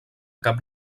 cap